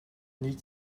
neat